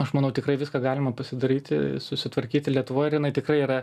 aš manau tikrai viską galima pasidaryti susitvarkyti lietuvoj ir jinai tikrai yra